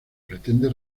pretende